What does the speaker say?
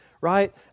Right